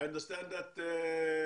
אעני מבין שכבודו